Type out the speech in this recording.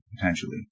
potentially